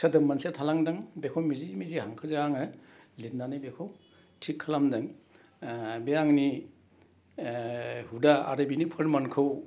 सोदोब मोनसेया थालांदों बेखौ मिजि मिजि हांखोजों आङो लिदनानै बेखौ थिग खालामदों बे आंनि हुदा आरो बिनि फोरमानखौ